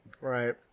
Right